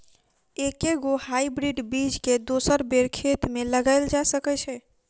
एके गो हाइब्रिड बीज केँ दोसर बेर खेत मे लगैल जा सकय छै?